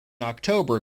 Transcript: october